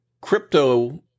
crypto